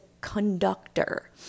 conductor